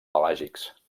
pelàgics